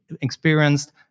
experienced